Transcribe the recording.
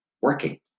working